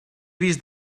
vist